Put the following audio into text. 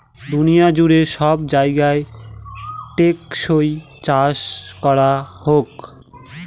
দুনিয়া জুড়ে সব জায়গায় টেকসই চাষ করা হোক